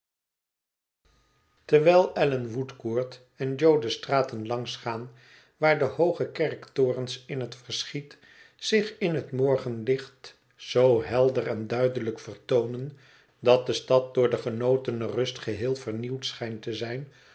terwijl allan woodcourt en jo de straten langs gaan waar de hooge kerktorens in het verschiet zich in het morgenlicht zoo helderen duidelijk vertoonen dat de stad door de genotene rust geheel vernieuwd schijnt te zijn